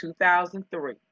2003